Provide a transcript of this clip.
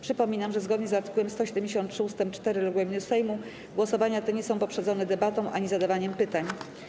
Przypominam, że zgodnie z art. 173 ust. 4 regulaminu Sejmu głosowania te nie są poprzedzone debatą ani zadawaniem pytań.